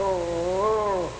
oh